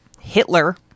hitler